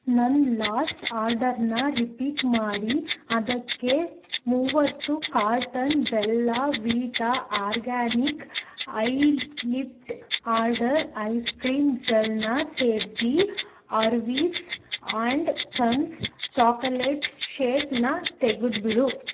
ನನ್ನ ಲಾಸ್ಟ್ ಆರ್ಡರ್ನ ರಿಪೀಟ್ ಮಾಡಿ ಅದಕ್ಕೆ ಮೂವತ್ತು ಕಾರ್ಟನ್ ಬೆಲ್ಲ ವೀಟ ಆರ್ಗ್ಯಾನಿಕ್ ಐಲಿಪ್ಟ್ ಆರ್ಡರ್ ಐಸ್ಕ್ರೀಮ್ ಜೆಲ್ನ ಸೇರಿಸಿ ಹಾರ್ವೀಸ್ ಆಂಡ್ ಸನ್ಸ್ ಚಾಕಲೇಟ್ ಶೇಕ್ನ ತೆಗೆದುಬಿಡು